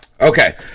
Okay